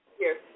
Yes